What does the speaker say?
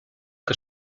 que